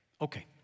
Okay